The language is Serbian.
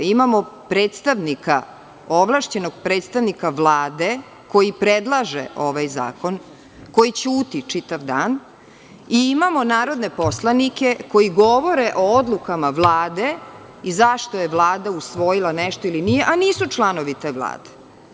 Imamo predstavnika, ovlašćenog predstavnika, Vlade koji predlaže ovaj zakon, koji ćuti čitav dan i imamo narodne poslanike koji govore o odlukama Vlade i zašto je Vlada usvojila nešto ili nije, a nisu članovi te Vlade.